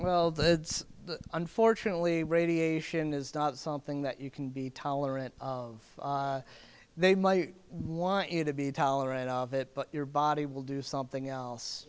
well the unfortunately radiation is not something that you can be tolerant of they might want you to be tolerant of it but your body will do something else